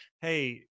hey